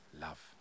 love